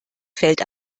fällt